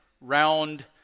round